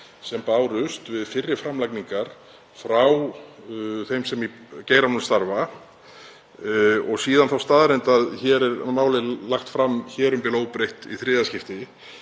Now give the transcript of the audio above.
sem bárust við fyrri framlagningar frá þeim sem í geiranum starfa og síðan þá staðreynd að málið er lagt fram hér um bil óbreytt í þriðja skipti